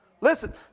Listen